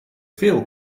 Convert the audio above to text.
veel